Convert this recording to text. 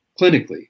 clinically